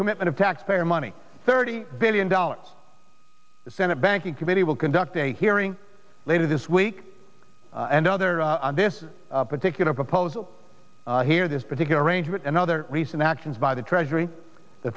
commitment of taxpayer money thirty billion dollars the senate banking committee will conduct a hearing later this week and the other on this particular proposal hear this particular arrangement and other recent actions by the treasury the